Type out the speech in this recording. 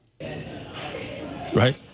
Right